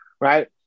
right